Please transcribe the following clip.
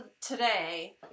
today